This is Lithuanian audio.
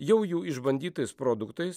jau jų išbandytais produktais